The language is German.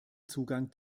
zugang